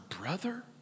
brother